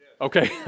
Okay